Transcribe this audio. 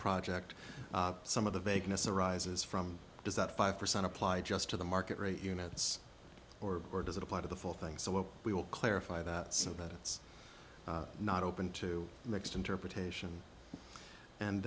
project some of the vagueness arises from does that five percent apply just to the market rate units or or does it apply to the full thing so we will clarify that so that it's not open to mixed interpretation and